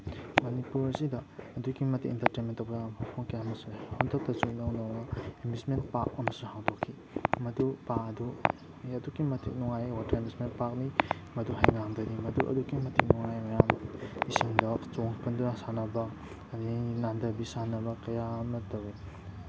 ꯃꯅꯤꯄꯨꯔꯁꯤꯗ ꯑꯗꯨꯛꯀꯤ ꯃꯇꯤꯛ ꯏꯟꯇꯔꯇꯦꯟꯃꯦꯟ ꯇꯧꯕ ꯌꯥꯕ ꯃꯐꯝ ꯀꯌꯥ ꯑꯃꯁꯨ ꯂꯩ ꯍꯟꯗꯛꯇꯁꯨ ꯏꯅꯧ ꯅꯧꯅ ꯑꯦꯃ꯭ꯌꯨꯁꯃꯦꯟ ꯄꯥꯛ ꯑꯃꯁꯨ ꯍꯥꯡꯇꯣꯛꯈꯤ ꯃꯗꯨ ꯄꯥꯛ ꯑꯗꯨ ꯑꯗꯨꯛꯀꯤ ꯃꯇꯤꯛ ꯅꯨꯡꯉꯥꯏ ꯋꯥꯇꯔ ꯑꯦꯃ꯭ꯌꯨꯁꯃꯦꯟ ꯄꯥꯛꯅꯤ ꯃꯗꯨ ꯍꯩꯉꯥꯡꯗꯅꯤ ꯃꯗꯨ ꯑꯗꯨꯛꯀꯤ ꯃꯇꯤꯛ ꯅꯨꯡꯉꯥꯏ ꯃꯌꯥꯝ ꯏꯁꯤꯡꯗ ꯆꯣꯡ ꯐꯟꯗꯨꯅ ꯁꯥꯟꯅꯕ ꯑꯗꯒꯤ ꯅꯥꯟꯗꯕꯤ ꯁꯥꯟꯅꯕ ꯀꯌꯥ ꯑꯃ ꯇꯧꯋꯤ